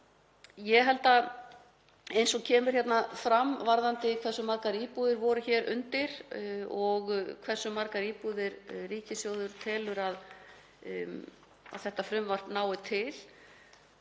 í þessu. Eins og kemur hérna fram varðandi hversu margar íbúðir voru hér undir og hversu margar íbúðir ríkissjóður telur að þetta frumvarp nái til